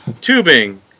tubing